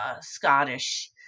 Scottish